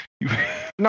no